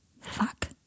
Fuck